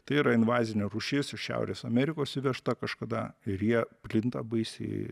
tai yra invazinė rūšis iš šiaurės amerikos įvežta kažkada ir jie plinta baisiai